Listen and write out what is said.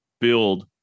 build